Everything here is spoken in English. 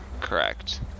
correct